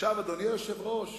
אדוני היושב-ראש,